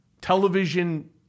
television